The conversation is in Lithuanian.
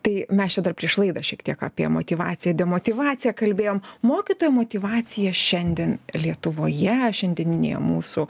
tai mes čia dar prieš laidą šiek tiek apie motyvaciją demotyvaciją kalbėjom mokytojo motyvacija šiandien lietuvoje šiandieninėje mūsų